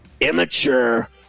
immature